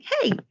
hey